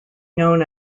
known